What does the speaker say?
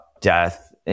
death